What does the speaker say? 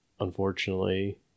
Unfortunately